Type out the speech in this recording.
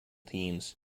teams